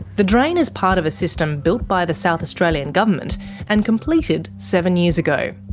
the drain is part of a system built by the south australian government and completed seven years ago.